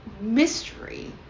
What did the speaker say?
mystery